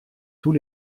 tous